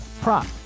prop